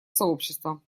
сообщества